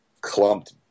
clumped